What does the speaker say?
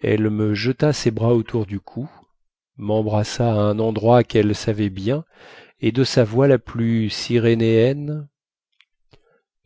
elle me jeta ses bras autour du cou membrassa à un endroit quelle savait bien et de sa voix la plus sirénéenne